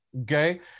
okay